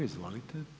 Izvolite.